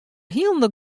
hielendal